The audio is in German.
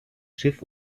schiff